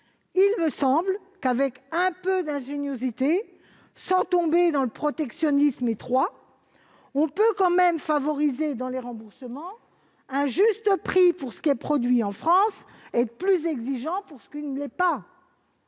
il me semble qu'avec un peu d'ingéniosité, sans tomber dans le protectionnisme étroit, on pourrait quand même, du point de vue des remboursements, favoriser un juste prix pour ce qui est produit en France et être plus exigeant pour ce qui ne l'est pas.